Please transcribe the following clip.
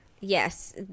Yes